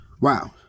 Wow